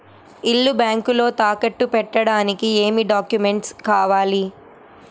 ఇల్లు బ్యాంకులో తాకట్టు పెట్టడానికి ఏమి డాక్యూమెంట్స్ కావాలి?